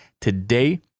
Today